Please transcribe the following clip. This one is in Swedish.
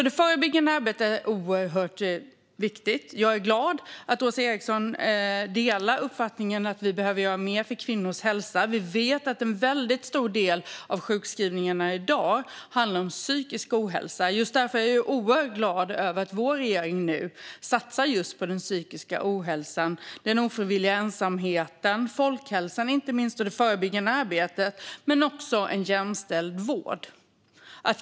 Det förebyggande arbetet är alltså oerhört viktigt. Jag är glad över att Åsa Eriksson delar uppfattningen att vi behöver göra mer för kvinnors hälsa. Vi vet att en väldigt stor del av sjukskrivningarna i dag handlar om psykisk ohälsa, och därför är jag oerhört glad över att vår regering nu satsar på att motverka den psykiska ohälsan och den ofrivilliga ensamheten. Det handlar inte minst om folkhälsan och det förebyggande arbetet men också om en jämställd vård.